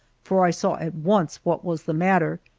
for i saw at once what was the matter.